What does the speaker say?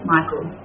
Michael